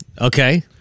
Okay